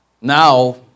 Now